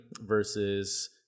versus